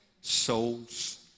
Souls